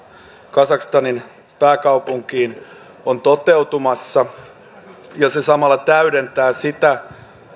kazakstanin pääkaupunkiin on toteutumassa ja se samalla täydentää sitä